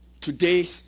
today